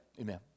Amen